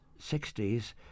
60s